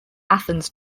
athens